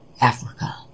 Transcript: Africa